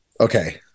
Okay